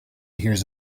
hears